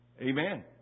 Amen